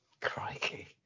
Crikey